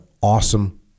awesome